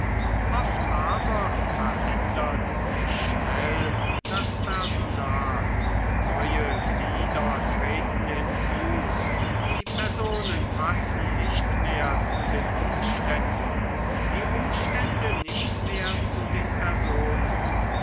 oft aber verändert sich schnell das personal neue glieder treten hinzu die personen passen nicht mehr zu den umständen die umstände nicht mehr zu den personen